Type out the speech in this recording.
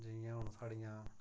जियां हून साढ़ियां